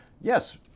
yes